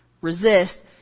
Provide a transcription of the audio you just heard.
resist